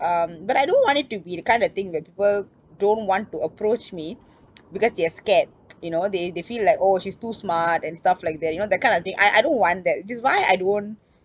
um but I don't want it to be the kind of thing where people don't want to approach me because they're scared you know they they feel like oh she's too smart and stuff like that you know that kind of thing I don't want that which is why I don't